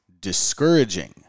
discouraging